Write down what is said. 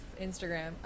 Instagram